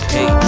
Hey